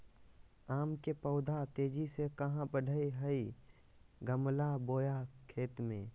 आम के पौधा तेजी से कहा बढ़य हैय गमला बोया खेत मे?